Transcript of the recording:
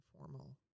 informal